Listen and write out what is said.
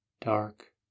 dark